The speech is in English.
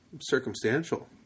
circumstantial